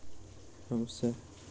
शहरी कृषि लोक गमला मे करैत छै